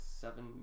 seven